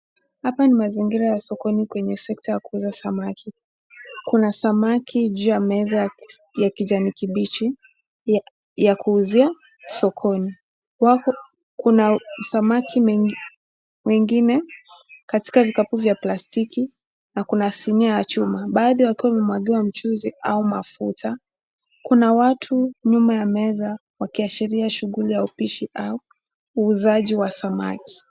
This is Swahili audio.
Hapa ni mazingira ya sokoni kwenye sekta ya kuuza samaki. Kuna samaki juu ya meza ya kijani kibichi ya kuuzia sokoni. Kuna samaki wengine katika vikapu vya plastiki na kuna sinia ya chuma. Baadhi wakiwa wamemwagiwa mchuuzi au mafuta. Kuna watu nyuma ya meza wakiashiria shughuli ya upishi au uuzaji wa samaki.